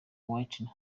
whitney